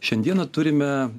šiandieną turime